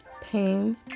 pain